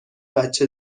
بچه